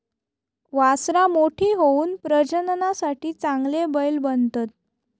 वासरां मोठी होऊन प्रजननासाठी चांगले बैल बनतत